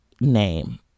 name